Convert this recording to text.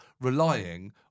relying